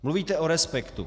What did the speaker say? Mluvíte o respektu.